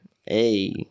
Hey